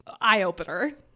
eye-opener